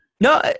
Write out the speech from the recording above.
no